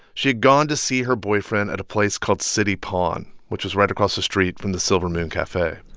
she'd gone to see her boyfriend at a place called city pawn, which was right across the street from the silver moon cafe